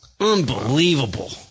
Unbelievable